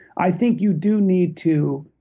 i think you do need to,